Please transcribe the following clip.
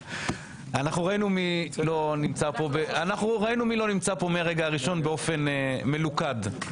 ראינו מי לא נמצא פה מהרגע הראשון באופן מלוכד.